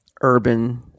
urban